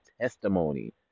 testimony